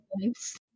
points